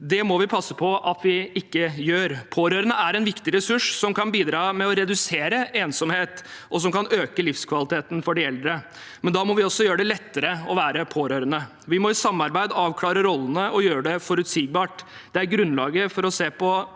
Det må vi passe på at vi ikke gjør. Pårørende er en viktig ressurs som kan bidra til å redusere ensomhet, og som kan øke livskvaliteten for de eldre, men da må vi også gjøre det lettere å være pårørende. Vi må i samarbeid avklare rollene og gjøre det forutsigbart. Det er grunnlaget for å se på